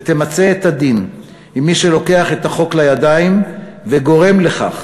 ותמצה את הדין עם מי שלוקח את החוק לידיים וגורם לכך